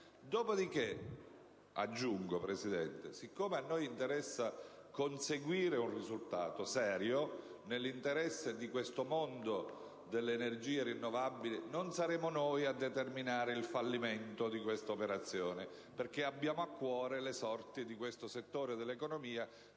Dopodiché, Presidente, siccome ci interessa conseguire un risultato serio, nell'interesse del mondo delle energie rinnovabili, non saremo noi a determinare il fallimento dell'operazione. Abbiamo a cuore, infatti, le sorti di questo settore dell'economia